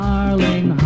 Darling